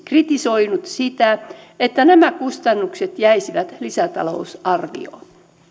kritisoinut sitä että nämä kustannukset jäisivät lisätalousarvioon